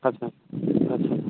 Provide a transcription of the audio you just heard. अच्छा अच्छा